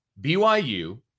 BYU